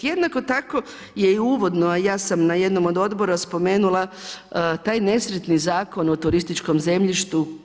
Jednako tako je i u uvodno, a ja sam na jednom od odbora spomenula taj nesretni Zakon o turističkom zemljištu.